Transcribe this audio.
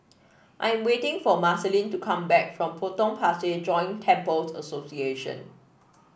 I'm waiting for Marceline to come back from Potong Pasir Joint Temples Association